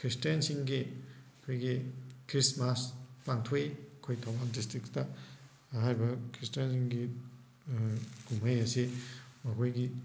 ꯈ꯭ꯔꯤꯁꯇꯦꯟꯁꯤꯡꯒꯤ ꯑꯩꯈꯣꯏꯒꯤ ꯈ꯭ꯔꯤꯁꯃꯥꯁ ꯄꯥꯡꯊꯣꯛꯏ ꯑꯩꯈꯣꯏ ꯊꯧꯕꯥꯜ ꯗꯤꯁꯇ꯭ꯔꯤꯛꯇ ꯍꯥꯏꯔꯤꯕ ꯈ꯭ꯔꯤꯁꯇꯦꯟꯁꯤꯡꯒꯤ ꯀꯨꯝꯍꯩ ꯑꯁꯤ ꯃꯈꯣꯏꯒꯤ